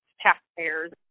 taxpayers